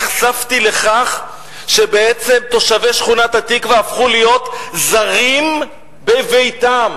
נחשפתי לכך שבעצם תושבי שכונת התקווה הפכו להיות זרים בביתם.